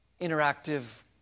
interactive